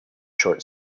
short